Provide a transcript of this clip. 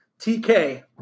TK